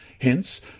Hence